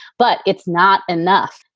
but it's not enough.